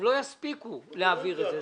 לא יספיקו להעביר את זה.